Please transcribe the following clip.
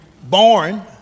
born